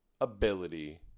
ability